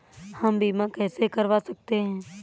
हम बीमा कैसे करवा सकते हैं?